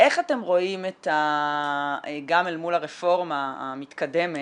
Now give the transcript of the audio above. איך אתם רואים, גם אל מול הרפורמה המתקדמת,